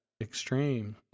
extreme